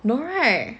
no right